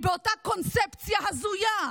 היא באותה קונספציה הזויה.